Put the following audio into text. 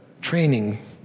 training